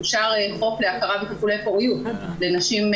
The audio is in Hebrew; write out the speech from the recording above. אושר חוק להכרה בטיפולי פוריות לנשים,